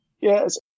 Yes